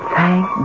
Thank